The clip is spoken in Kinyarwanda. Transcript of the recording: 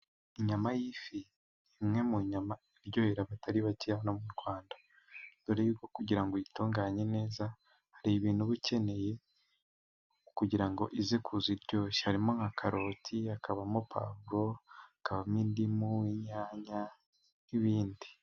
Inyama y'ifi imwe mu nyama iryohera abatari bake hano mu Rwanda. Dore yuko kugira ngo uyitunganye neza hari ibintu uba ikeneye, kugira ngo ize kuza iryoshye. Harimo nka karoti, hakabamo puwavuro, hakabamo indimu, inyanya n'ibindi.